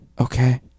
Okay